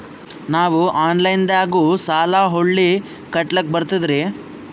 ನಾವು ಆನಲೈನದಾಗು ಸಾಲ ಹೊಳ್ಳಿ ಕಟ್ಕೋಲಕ್ಕ ಬರ್ತದ್ರಿ?